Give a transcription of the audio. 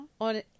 On